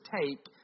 take